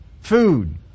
food